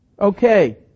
okay